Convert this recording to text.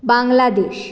Bangladesh